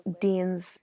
dean's